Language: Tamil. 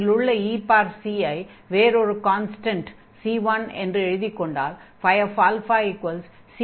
இதில் உள்ள ec ஐ வேறொரு கான்ஸ்டன்ட் c1 என்று எழுதிக்கொண்டால் c1e 24 என்று ஆகும்